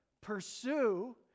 pursue